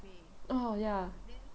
oh ya